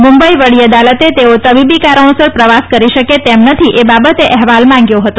મુંબઇ વડી અદાલતે તેઓ તબીબી કારણોસર પ્રવાસ કરી શકે તેમ નથી એ બાબતે અહેવાલ માંગ્યો હતો